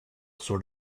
sort